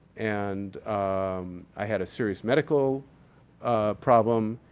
and i had serious medical problem.